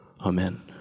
Amen